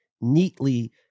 neatly